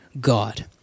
God